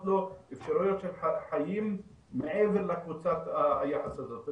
לו אפשרויות של חיים מעבר לקבוצת היחס הזאת.